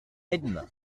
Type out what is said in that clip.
edme